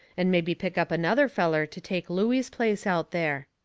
and mebby pick up another feller to take looey's place out there.